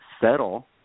settle